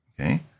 Okay